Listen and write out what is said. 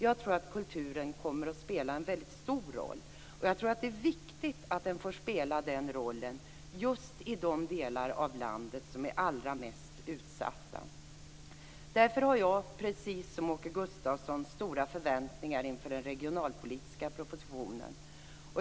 Jag tror att kulturen kommer att spela en väldigt stor roll, och jag tror att det är viktigt att den får spela den rollen just i de delar av landet som är allra mest utsatta. Därför har jag, precis som Åke Gustavsson, stora förväntningar inför den regionalpolitiska propositionen.